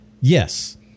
Yes